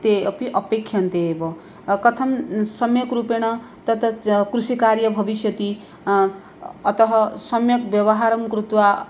ते अपि अपेक्ष्यन्ते एव कथं सम्यक् रूपेण तत् च् कृषिकार्यं भविष्यति अतः सम्यक् व्यवहारं कृत्वा